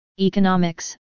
Economics